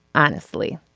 honestly